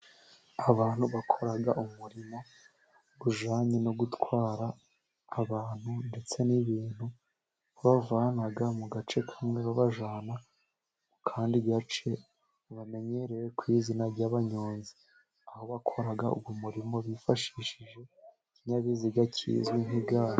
Abantu bakora umurimo ujyanye no gutwara abantu ndetse n'ibintu, aho babavana mu gace kamwe babajyana mu kandi gace bamenyerewe ku izina ry'abanyozi . Aho bakora uwo murimo bifashishije ikinyabiziga kizwi nk'igare.